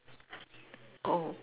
oh